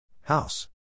House